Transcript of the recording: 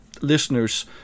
listeners